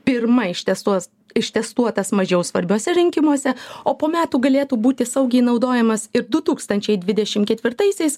pirma ištestuos ištestuotas mažiau svarbiuose rinkimuose o po metų galėtų būti saugiai naudojamas ir du tūkstančiai dvidešim ketvirtaisiais